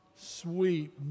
Sweet